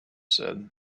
said